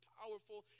powerful